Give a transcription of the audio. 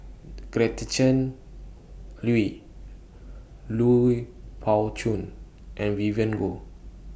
Gretchen Liu Lui Pao Chuen and Vivien Goh